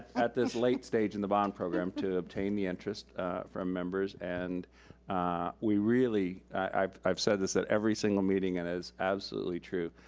at this late stage in the bond program, to obtain the interest from members. and we really, i've i've said this at every single meeting and it is absolutely true,